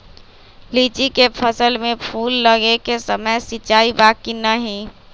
लीची के फसल में फूल लगे के समय सिंचाई बा कि नही?